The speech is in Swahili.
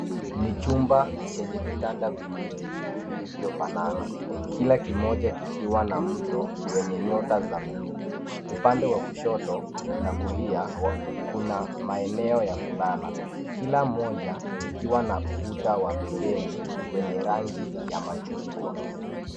Ni chumba chenye vitanda viwili vilivyofanana, kila kimoja kikiwa na mto wenye nyota za bluu. Upande wa kushoto na kulia kuna maeneo ya kulala, kila moja likiwa na ukuta wa pembeni wenye rangi ya machungwa.